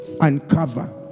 uncover